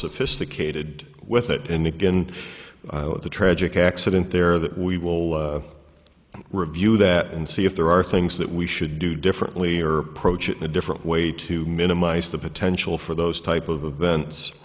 sophisticated with it and again with the tragic accident there that we will review that and see if there are things that we should do differently or approach it in a different way to minimize the potential for those type of events